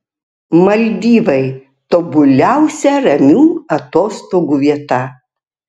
maldyvai tobuliausia ramių atostogų vieta